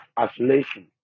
isolation